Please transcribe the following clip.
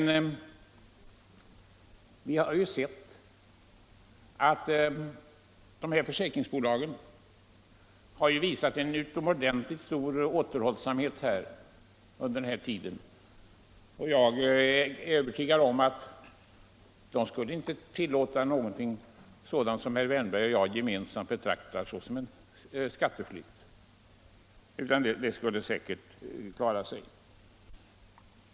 Vi har ju sett att försäkringsbolagen visat utomordentligt stor återhållsamhet under den gångna tiden och jag är övertygad om att de inte skulle tillåta sådant som herr Wärnberg och jag betraktar som skatteflykt.